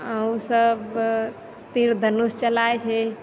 उसब तीर धनुष चलाबै छै